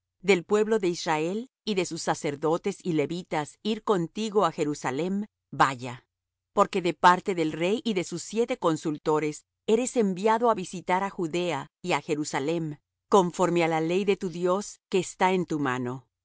del pueblo de israel y de sus sacerdotes y levitas ir contigo á jerusalem vaya porque de parte del rey y de sus siete consultores eres enviado á visitar á judea y á jerusalem conforme á la ley de tu dios que está en tu mano